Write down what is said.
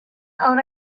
own